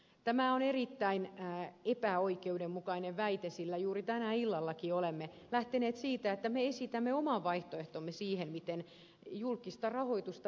tämä on erittäin epäoikeudenmukainen väite sillä juuri tänään illallakin olemme esittäneet omat vaihtoehtomme sille miten voimme lisätä julkista rahoitusta